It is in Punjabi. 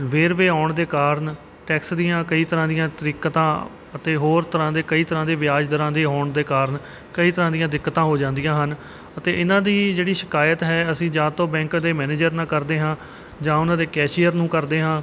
ਵੇਰਵੇ ਆਉਣ ਦੇ ਕਾਰਨ ਟੈਕਸ ਦੀਆਂ ਕਈ ਤਰ੍ਹਾਂ ਦੀਆਂ ਦਿੱਕਤਾਂ ਅਤੇ ਹੋਰ ਤਰ੍ਹਾਂ ਦੇ ਕਈ ਤਰ੍ਹਾਂ ਦੇ ਵਿਆਜ ਦਰਾਂ ਦੇ ਆਉਣ ਦੇ ਕਾਰਨ ਕਈ ਤਰ੍ਹਾਂ ਦੀਆਂ ਦਿੱਕਤਾਂ ਹੋ ਜਾਂਦੀਆਂ ਹਨ ਅਤੇ ਇਹਨਾਂ ਦੀ ਜਿਹੜੀ ਸ਼ਿਕਾਇਤ ਹੈ ਅਸੀਂ ਜਾਂ ਤਾਂ ਬੈਂਕ ਦੇ ਮੈਨੇਜਰ ਨਾਲ ਕਰਦੇ ਹਾਂ ਜਾਂ ਉਹਨਾਂ ਦੇ ਕੈਸ਼ੀਅਰ ਨੂੰ ਕਰਦੇ ਹਾਂ